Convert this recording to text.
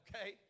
okay